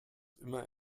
immer